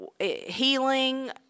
healing